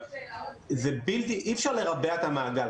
אבל אי אפשר לרבע את המעגל.